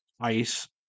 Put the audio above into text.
ice